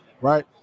right